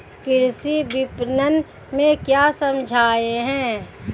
कृषि विपणन में क्या समस्याएँ हैं?